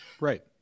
Right